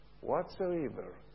whatsoever